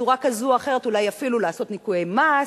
בצורה כזאת או אחרת, אולי אפילו לעשות ניכויי מס,